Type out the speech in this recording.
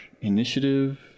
Initiative